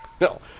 No